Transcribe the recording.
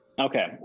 Okay